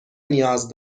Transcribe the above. نیاز